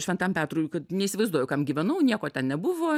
šventam petrui kad neįsivaizduoju kam gyvenau nieko ten nebuvo